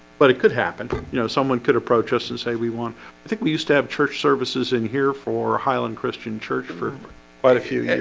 but it could happen, you know someone could approach us and say we want i think we used to have church services in here for highland christian church for quite a few,